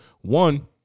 one